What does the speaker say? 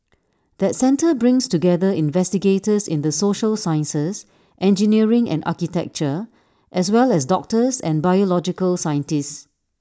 that centre brings together investigators in the social sciences engineering and architecture as well as doctors and biological scientists